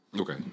Okay